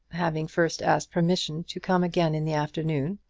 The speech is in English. having first asked permission to come again in the afternoon,